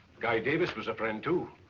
guy davis was a friend too.